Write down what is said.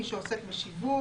מי שעוסק בשיווק,